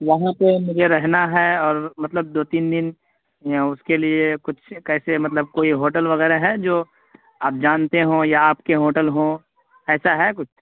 یہاں پہ مجھے رہنا ہے اور مطلب دو تین دن یہاں اس کے لیے کچھ کیسے مطلب کوئی ہوٹل وغیرہ ہے جو آپ جانتے ہوں یا آپ کے ہوٹل ہوں ایسا ہے کچھ